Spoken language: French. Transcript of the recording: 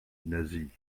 nasie